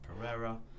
Pereira